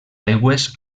aigües